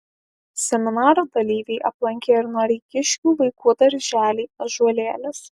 seminaro dalyviai aplankė ir noreikiškių vaikų darželį ąžuolėlis